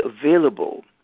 available